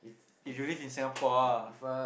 if you live in Singapore ah